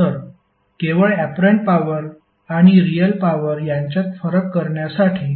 तर केवळ apparent power आणि रियल पॉवर यांच्यात फरक करण्यासाठी